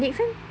the next one